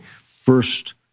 first